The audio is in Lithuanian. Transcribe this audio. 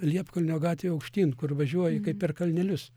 liepkalnio gatvėj aukštyn kur važiuoji kaip per kalnelius